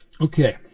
Okay